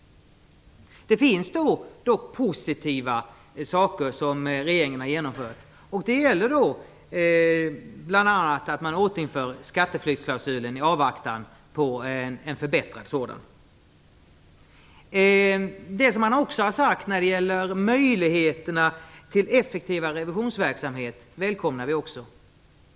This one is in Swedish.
Det finns dock en del positivt som regeringen har genomfört. Det gäller bl.a. att man återinför skatteflyktsklausulen i avvaktan på en förbättrad sådan. Det man har sagt när det gäller möjligheterna till effektivare revisionsverksamhet välkomnar vi också.